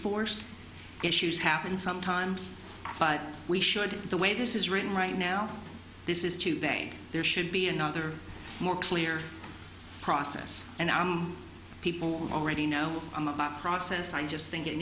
force issues happen sometimes but we should the way this is written right now this is to think there should be another more clear process and people already know that process i just think it